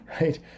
right